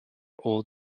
old